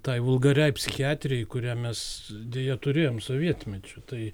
tai vulgariai psichiatrijai kurią mes deja turėjom sovietmečiu tai